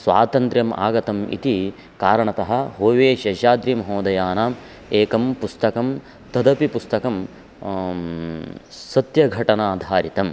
स्वातन्त्र्यम् आगतम् इति कारणतः होवे शेशाद्रिमहोदयानाम् एकं पुस्तकं तदपि पुस्तकं सत्यघटनाधारितम्